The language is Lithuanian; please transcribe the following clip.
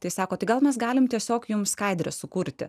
tai sako tai gal mes galime tiesiog jums skaidrę sukurti